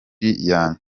yanjye